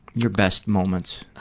your best moments.